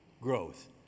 growth